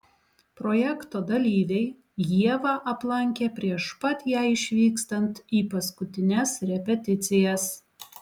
projekto dalyviai ievą aplankė prieš pat jai išvykstant į paskutines repeticijas